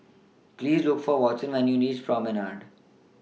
Please Look For Watson when YOU REACH Promenade